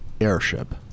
airship